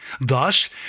Thus